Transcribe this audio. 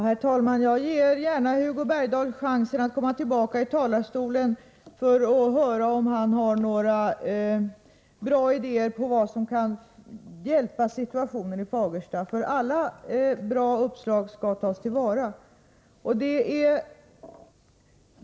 Herr talman! Jag ger gärna Hugo Bergdahl en chans att åter gå upp i talarstolen. Jag vill nämligen höra om han har några bra idéer när det gäller att hjälpa upp situationen i Fagersta, för alla goda uppslag skall tas till vara.